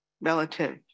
relative